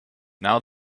now